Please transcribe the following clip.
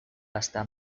hasta